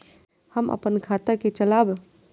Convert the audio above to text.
हम अपन खाता के चलाब?